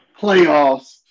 playoffs